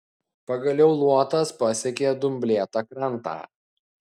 pagaliau luotas pasiekė dumblėtą krantą